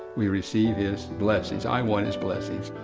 we receive his blessings. i want his blessings.